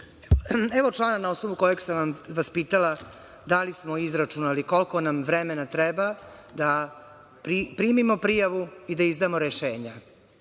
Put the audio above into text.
Evo člana na osnovu kojeg sam vas pitala da li smo izračunali koliko nam vremena treba da primimo prijavu i da izdamo rešenja,